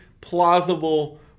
plausible